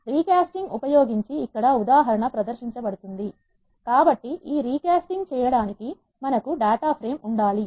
recasting ఉపయోగించి ఇక్కడ ఉదాహరణ ప్రదర్శించబడుతుంది కాబట్టి ఈ రీ కాస్టింగ్ చేయడానికి మనకు డేటా ఫ్రేమ్ ఉండాలి